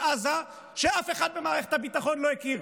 עזה ושאף אחד במערכת הביטחון לא הכיר,